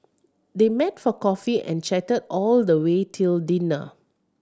they met for coffee and chatted all the way till dinner